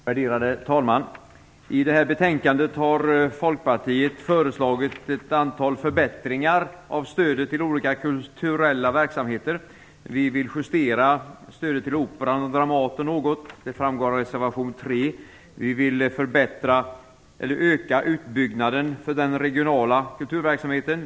Värderade talman! I det här betänkandet har Folkpartiet föreslagit ett antal förbättringar av stödet till olika kulturella verksamheter. Vi vill något justera stödet till Operan och Dramaten. Det framgår av reservation 3. Vi vill öka utbyggnaden av den regionala kulturverksamheten.